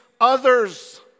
others